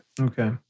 okay